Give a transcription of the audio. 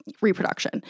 reproduction